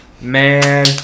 man